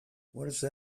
pietro